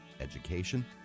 education